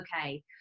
okay